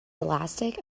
elastic